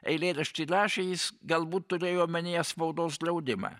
eilėraštį rašė jis galbūt turėjo omenyje spaudos draudimą